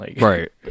Right